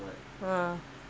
uh